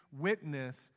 witness